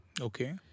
Okay